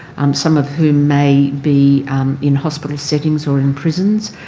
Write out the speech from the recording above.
um some of whom may be in hospital settings or in prisons,